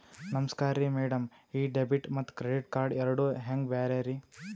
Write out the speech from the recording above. ನಮಸ್ಕಾರ್ರಿ ಮ್ಯಾಡಂ ಈ ಡೆಬಿಟ ಮತ್ತ ಕ್ರೆಡಿಟ್ ಕಾರ್ಡ್ ಎರಡೂ ಹೆಂಗ ಬ್ಯಾರೆ ರಿ?